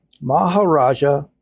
Maharaja